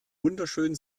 wunderschönen